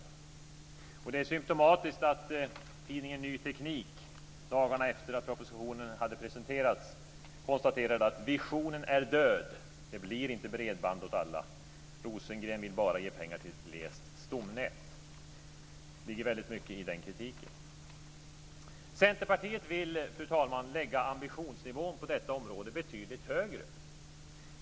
Det är symtomatiskt att tidningen Ny Teknik dagarna efter att propositionen hade presenterats konstaterade: Visionen är död. Det blir inte bredband åt alla. Rosengren vill bara ge pengar till ett glest stomnät. Det ligger väldigt mycket i den kritiken. Fru talman! Centerpartiet vill lägga ambitionsnivån på detta område betydligt högre.